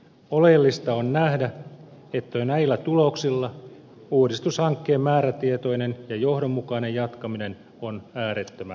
oleellista on nähdä että jo näillä tuloksilla uudistushankkeen määrätietoinen ja johdonmukainen jatkaminen on äärettömän tärkeää